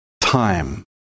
time